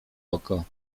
oko